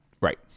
Right